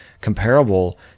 comparable